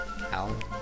Alan